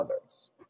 others